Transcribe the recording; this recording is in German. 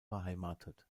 beheimatet